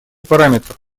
параметров